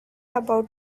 about